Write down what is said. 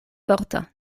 forta